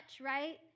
right